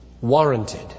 warranted